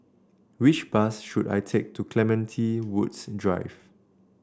which bus should I take to Clementi Woods Drive